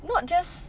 not just